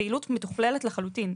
הפעילות מתוכללת לחלוטין.